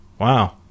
Wow